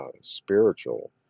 spiritual